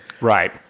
Right